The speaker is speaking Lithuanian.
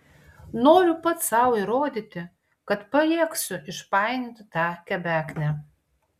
noriu pats sau įrodyti kad pajėgsiu išpainioti tą kebeknę